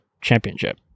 Championship